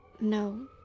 No